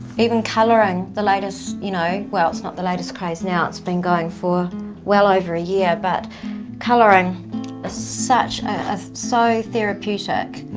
even colouring, the latest you know, well it's not the latest craze now, it's been going for well over a year. but coloring ah such a, so therapeutic.